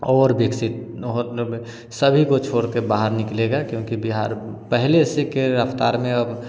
और विकसित मतलब सभी को छोड़ कर बाहर निकलेगा क्योंकि बिहार पहले से के रफ़्तार में अब